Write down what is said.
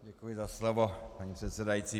Děkuji za slovo, paní předsedající.